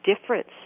difference